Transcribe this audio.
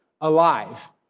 alive